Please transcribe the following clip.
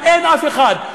אין אף אחד.